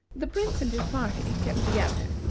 the prince and his party kept together,